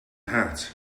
hat